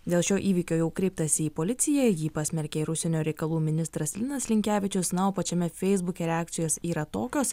dėl šio įvykio jau kreiptas į policiją jį pasmerkė ir užsienio reikalų ministras linas linkevičius na o pačiame feisbuke reakcijos yra tokios